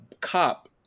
cop